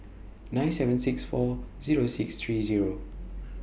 nine seven six four Zero six three Zero